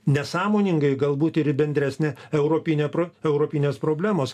nesąmoningai galbūt ir į bendresnę europinę pro europinės problemos